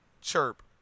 chirp